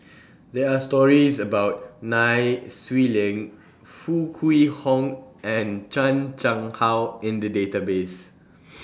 There Are stories about Nai Swee Leng Foo Kwee Horng and Chan Chang How in The Database